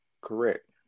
Correct